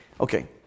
Okay